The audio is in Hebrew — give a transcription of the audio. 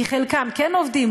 כי חלקם כן עובדים,